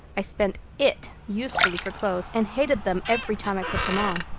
i spent it usefully for clothes and hated them every time i put them on.